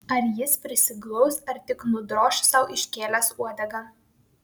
ar jis prisiglaus ar tik nudroš sau iškėlęs uodegą